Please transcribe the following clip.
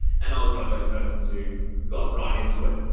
and i was one of those persons who got right into it.